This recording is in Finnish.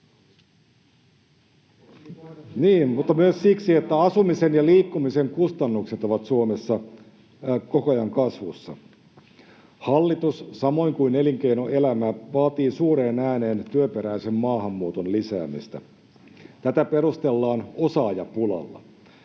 mik-rofoni sulkeutuu] ...asumisen ja liikkumisen kustannukset ovat Suomessa koko ajan kasvussa. Hallitus, samoin kuin elinkeinoelämä, vaatii suureen ääneen työperäisen maahanmuuton lisäämistä. Tätä perustellaan osaajapulalla.